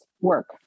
work